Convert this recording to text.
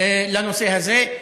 לנושא הזה.